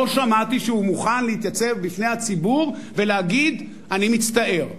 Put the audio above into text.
לא שמעתי שהוא מוכן להתייצב בפני הציבור ולהגיד: אני מצטער.